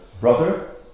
brother